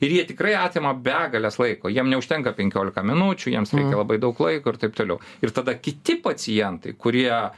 ir jie tikrai atima begales laiko jiem neužtenka penkiolika minučių jiems labai daug laiko ir taip toliau ir tada kiti pacientai kurie